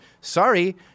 Sorry